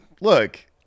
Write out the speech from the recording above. look